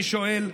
אני שואל,